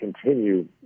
continue